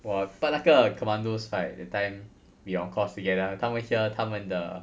!wah! but 那个 commandos right that time we on course together 他们 hear 他们的